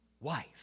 wife